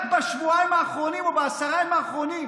רק בשבועיים האחרונים, או בעשרת הימים האחרונים,